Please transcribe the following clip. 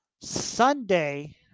Sunday